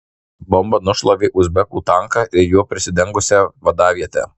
bomba nušlavė uzbekų tanką ir juo prisidengusią vadavietę